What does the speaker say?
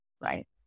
Right